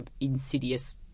insidious